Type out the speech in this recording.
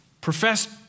professed